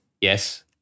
yes